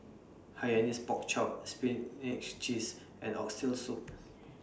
Hainanese Pork Chop Spinach Cheese and Oxtail Soup